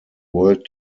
world